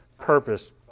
purpose